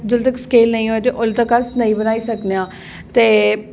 जेल्लै तक्कर स्केल नेईं होए ते ओल्ले तक्कर अस नेईं बनाई सकने आं ते